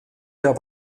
der